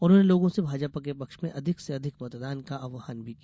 उन्होंने लोगों से भाजपा के पक्ष में अधिक से अधिक मतदान का आव्हान भी किया